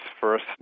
first